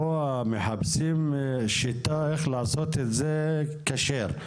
פה מחפשים שיטה איך לעשות את זה כשר,